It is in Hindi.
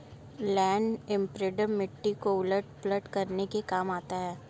लैण्ड इम्प्रिंटर मिट्टी को उलट पुलट करने के काम आता है